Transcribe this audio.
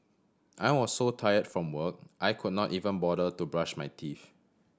I was so tired from work I could not even bother to brush my teeth